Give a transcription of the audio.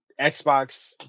Xbox